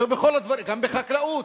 ובכל הדברים, וגם בחקלאות.